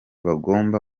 bagomba